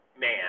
man